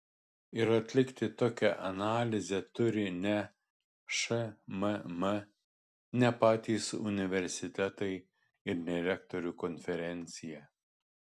ir atlikti tokią analizę turi ne šmm ne patys universitetai ir ne rektorių konferencija